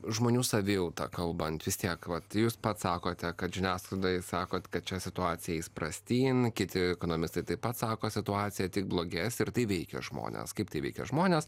žmonių savijauta kalbant vis tiek vat jūs pats sakote kad žiniasklaidoj sakot kad čia situacija eis prastyn kiti ekonomistai taip pat sako situacija tik blogės ir tai veikia žmones kaip tai veikia žmones